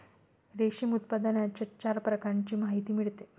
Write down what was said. रेशीम उत्पादनाच्या चार प्रकारांची माहिती मिळते